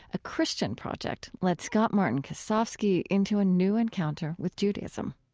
a christian project led scott-martin kosofsky into a new encounter with judaism